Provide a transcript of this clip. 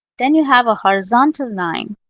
then you have a horizontal line,